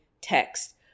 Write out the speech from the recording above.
text